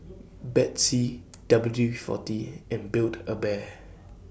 Betsy W forty and Build A Bear